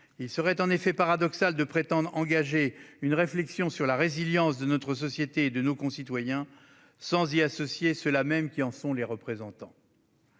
Il serait en effet paradoxal de prétendre engager une réflexion sur la résilience de notre société et de nos concitoyens sans y associer ceux qui en sont les représentants